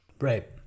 right